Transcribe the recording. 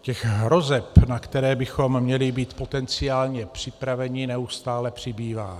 Těch hrozeb, na které bychom měli mít potenciálně připraveni, neustále přibývá.